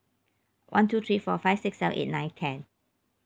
one two three four five six seven eight nine ten